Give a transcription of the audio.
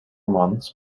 months